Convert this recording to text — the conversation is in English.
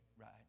right